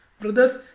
Brothers